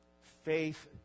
faith